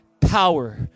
power